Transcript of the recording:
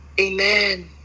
Amen